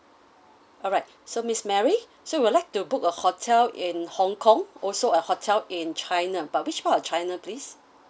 alright so miss mary so you would like to book a hotel in hong kong also a hotel in china but which part of china please